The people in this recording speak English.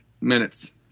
minutes